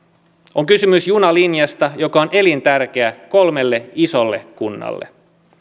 on kysymys junalinjasta joka on elintärkeä kolmelle isolle kunnalle